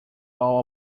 all